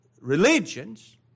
religions